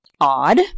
odd